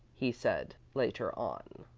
he said, later on.